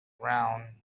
round